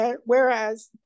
whereas